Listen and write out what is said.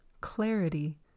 clarity